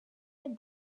with